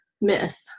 myth